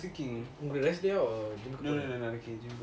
no no no